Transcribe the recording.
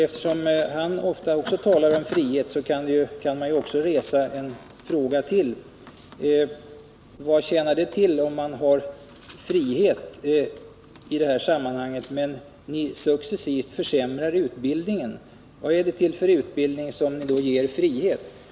Eftersom han också ofta talar om frihet kan man resa ytterligare en 99 fråga: Vad tjänar det till om man i det här sammanhanget har frihet när ni successivt försämrar utbildningen? Vad är det för utbildning som ni då ger frihet till?